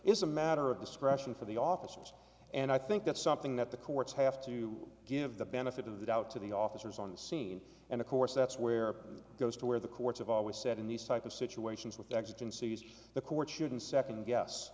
is a matter of discretion for the officers and i think that's something that the courts have to give the benefit of the doubt to the officers on the scene and of course that's where it goes to where the courts have always said in these type of situations with the exigencies of the courts shouldn't second guess